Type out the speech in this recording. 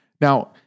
Now